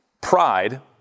Pride